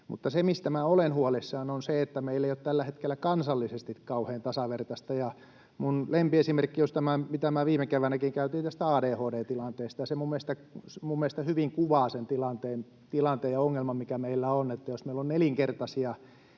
Mutta se, mistä minä olen huolissani, on se, että meillä ei ole tällä hetkellä kansallisesti kauhean tasavertaista. Minun lempiesimerkkini, mitä minä viime keväänäkin käytin, on tämä ADHD-tilanne, ja se minun mielestäni hyvin kuvaa sen tilanteen ja ongelman, mikä meillä on.